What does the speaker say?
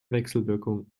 wechselwirkung